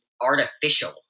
artificial